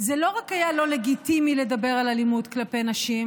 זה לא רק היה לא לגיטימי לדבר על אלימות כלפי נשים,